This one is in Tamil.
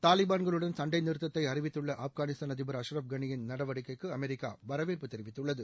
தாலிபான்களுடன் சண்டை நிறுத்தத்தை அறிவித்துள்ள ஆப்கானிஸ்தான் அதிபர் அஷ்ரப்களியின் நடவடிக்கைக்கு அமெரிக்கா வரவேற்பு தெரிவித்துள்ளது